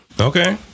okay